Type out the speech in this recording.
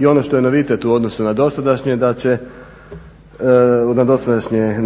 i ono što je novitet u odnosu na